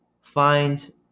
find